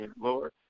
Lord